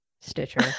Stitcher